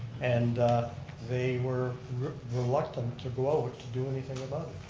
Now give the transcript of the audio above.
and they were reluctant to go out to do anything about